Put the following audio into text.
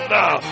now